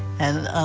and